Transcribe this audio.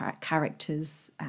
characters